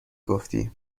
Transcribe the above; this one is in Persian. گفتی